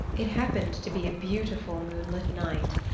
it happened to be a beautiful moonlit night.